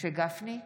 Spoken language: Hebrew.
משה גפני,